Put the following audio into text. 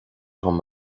dom